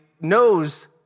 knows